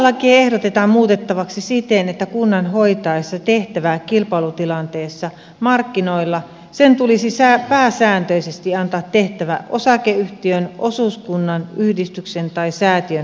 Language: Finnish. kuntalakia ehdotetaan muutettavaksi siten että kunnan hoitaessa tehtävää kilpailutilanteessa markkinoilla sen tulisi pääsääntöisesti antaa tehtävä osakeyhtiön osuuskunnan yhdistyksen tai säätiön hoidettavaksi